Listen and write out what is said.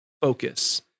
focus